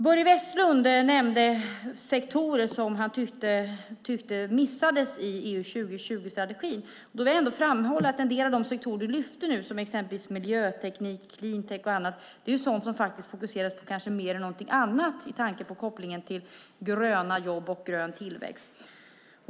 Börje Vestlund nämnde sektorer som han tyckte missades i EU 2020-strategin. Jag vill framhålla att en del av de sektorer du lyfte fram nu, exempelvis miljöteknik, cleantech och annat, är sådant som man fokuserar på kanske mer än någonting med tanke på kopplingen till gröna jobb och grön tillväxt.